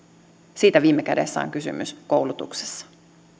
siitä viime kädessä on kysymys koulutuksessa